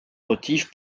motifs